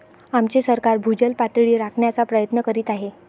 आमचे सरकार भूजल पातळी राखण्याचा प्रयत्न करीत आहे